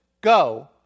go